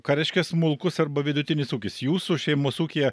ką reiškia smulkus arba vidutinis ūkis jūsų šeimos ūkyje